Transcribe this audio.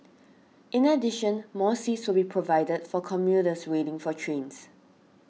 in addition more seats will be provided for commuters waiting for trains